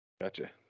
Gotcha